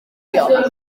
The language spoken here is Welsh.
ddiogel